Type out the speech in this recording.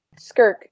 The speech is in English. Skirk